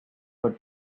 for